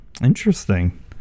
Interesting